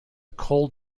cold